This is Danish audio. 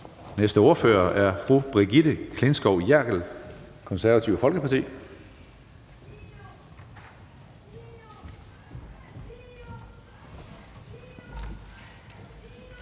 næste ordfører er fru Brigitte Klintskov Jerkel, Det Konservative Folkeparti.